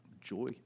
joy